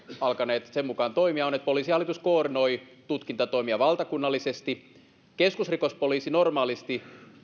alkaneet toimia on että poliisihallitus koordinoi tutkintatoimia valtakunnallisesti keskusrikospoliisi normaalisti